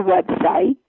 website